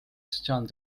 sotsiaalne